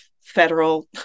federal